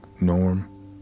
Norm